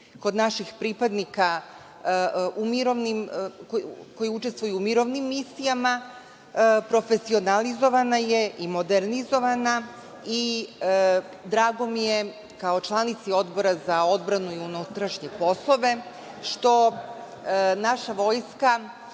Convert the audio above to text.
kod naših pripadnika koji učestvuju u mirovnim misijama, profesionalizovana je i modernizovana. Drago mi je kao članici Odbora za odbranu i unutrašnje poslove što naša Vojska